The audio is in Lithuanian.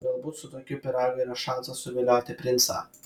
galbūt su tokiu pyragu yra šansas suvilioti princą